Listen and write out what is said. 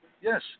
Yes